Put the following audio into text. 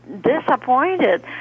disappointed